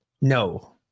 no